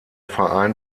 verein